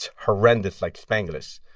horrendous, like, spanglish.